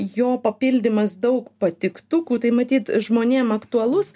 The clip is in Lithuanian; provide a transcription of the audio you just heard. jo papildymas daug patiktukų tai matyt žmonėm aktualus